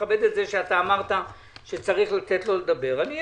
אתה אמרת שצריך לתת לו לדבר ולהשיב לו.